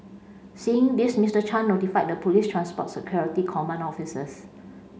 seeing this Mister Chan notified the police's transport security command officers